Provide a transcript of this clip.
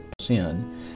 sin